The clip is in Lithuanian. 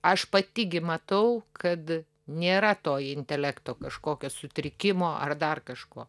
aš pati gi matau kad nėra to intelekto kažkokio sutrikimo ar dar kažko